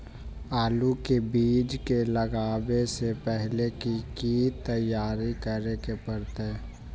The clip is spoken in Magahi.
आलू के बीज के लगाबे से पहिले की की तैयारी करे के परतई?